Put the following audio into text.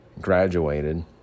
Graduated